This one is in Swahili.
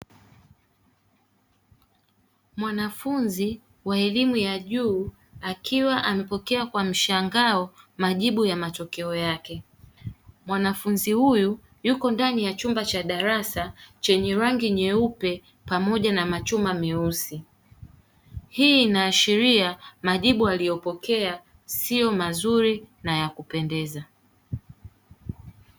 Mwanafunzi wa elimu ya juu akiwa amepokea kwa mshangao majibu ya matokeo yake, mwanafunzi huyu Yuko ndani ya darasa chenye rangi nyeupe pamoja na machuma meusi. Hii inaashiria majibu aliyopokea siyo mazuri na yakupendeza.